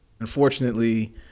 Unfortunately